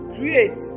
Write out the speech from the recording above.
Create